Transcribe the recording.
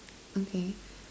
okay